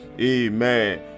amen